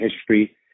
history